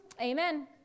Amen